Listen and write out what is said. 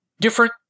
different